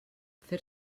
fer